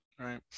Right